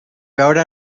veure